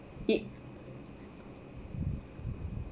it